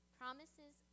promises